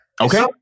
Okay